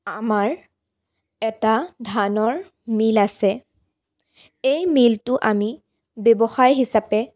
আমাৰ এটা ধানৰ মিল আছে এই মিলটো আমি ব্যৱসায় হিচাপে